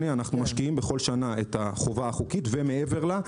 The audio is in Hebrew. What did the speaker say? אנחנו משקיעים בכל שנה את החובה החוקית ומעבר לה,